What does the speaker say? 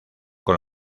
con